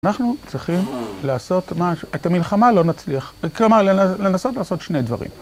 אנחנו צריכים לעשות... את המלחמה לא נצליח, כלומר, לנסות לעשות שני דברים.